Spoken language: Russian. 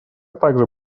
также